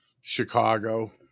Chicago